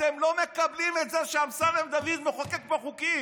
אתם לא מקבלים את זה שאמסלם דוד מחוקק פה חוקים.